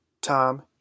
Tom